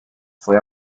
fue